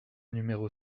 numéro